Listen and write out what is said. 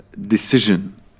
decision